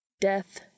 Death